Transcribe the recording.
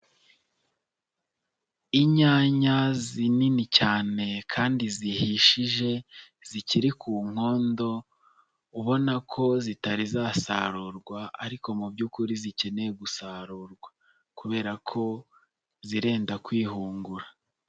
Inyanya zinini cyane kandi zihishije zikiri ku nkondo ubona ko zitari zasarurwa ariko mu by'ukuri zikeneye gusarurwa kubera ko zirenda kwihungura.